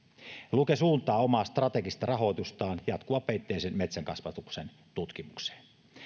luke suuntaa omaa strategista rahoitustaan jatkuvapeitteisen metsänkasvatuksen tutkimukseen